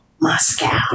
Moscow